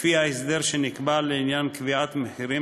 לפי ההסדר שנקבע לעניין קביעת מחירים